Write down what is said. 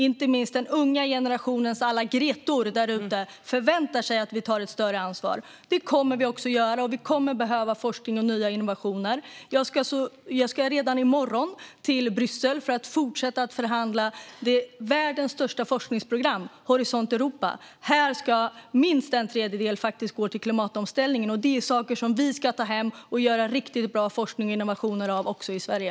Inte minst den unga generationens alla Gretor därute förväntar sig att vi tar ett större ansvar. Det kommer vi också att göra. Vi kommer att behöva forskning och nya innovationer. Jag ska redan i morgon till Bryssel för att fortsätta att förhandla om världens största forskningsprogram Horisont Europa. Här ska minst en tredjedel gå till klimatomställningen. Det är saker som vi ska ta hem och göra riktigt bra forskning och innovationer av också i Sverige.